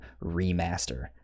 Remaster